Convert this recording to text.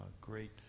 great